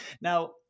Now